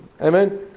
Amen